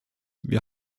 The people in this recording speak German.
wir